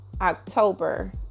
October